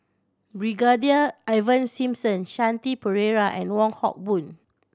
Brigadier Ivan Simson Shanti Pereira and Wong Hock Boon